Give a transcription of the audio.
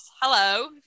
Hello